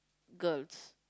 girls